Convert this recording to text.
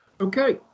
Okay